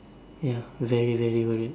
ya very very worried